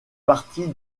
partie